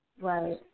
Right